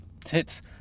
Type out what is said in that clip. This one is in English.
tits